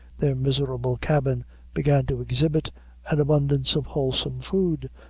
their miserable cabin began to exhibit an abundance of wholesome food,